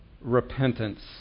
Repentance